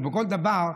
או בכל דבר,